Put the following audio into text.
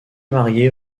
mariée